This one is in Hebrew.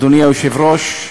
אדוני היושב-ראש,